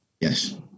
Yes